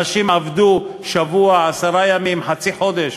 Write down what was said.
אנשים עבדו שבוע, עשרה ימים, חצי חודש,